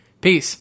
peace